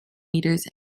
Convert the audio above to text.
metres